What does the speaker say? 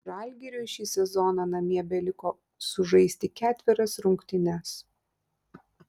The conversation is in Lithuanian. žalgiriui šį sezoną namie beliko sužaisti ketverias rungtynes